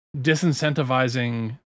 disincentivizing